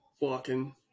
Walking